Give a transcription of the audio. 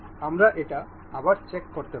আমরা এটা আবার চেক করতে পারি